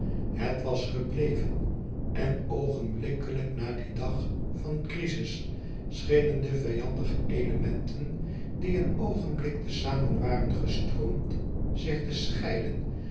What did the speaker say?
het was gebleven en oogenblikkelijk na dien dag van crizis schenen de vijandige elementen die een oogenblik te zamen waren gestroomd zich te scheiden